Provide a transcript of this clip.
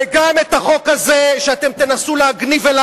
זאת המטרה שלך, וגם את זה הציבור יבין.